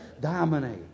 dominate